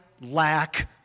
lack